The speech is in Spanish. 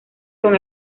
con